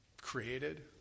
created